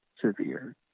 severe